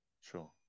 sure